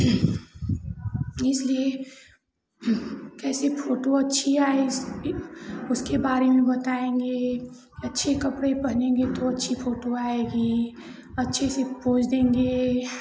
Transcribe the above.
इसलिए कैसी फोटो अच्छी आएगी उसके बारे में बताएँगे अच्छी कपड़े पहनेंगे तो अच्छी फोटो आएगी अच्छे से पोज देंगे